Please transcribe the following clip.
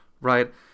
right